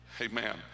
Amen